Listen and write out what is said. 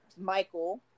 Michael